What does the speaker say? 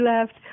left